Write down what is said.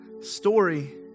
story